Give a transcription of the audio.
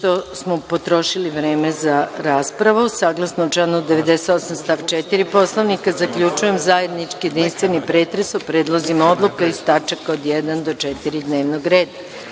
smo potrošili vreme za raspravu, saglasno članu 98. stav 4. Poslovnika zaključujem zajednički jedinstveni pretres o predlozima odluka iz tačaka od 1. do 4. dnevnog